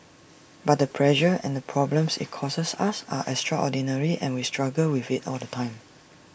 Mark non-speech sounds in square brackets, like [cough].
but the pressure and problems IT causes [noise] us are extraordinary and we struggle with IT all the time [noise]